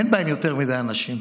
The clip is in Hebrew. אין בהם יותר מדי אנשים.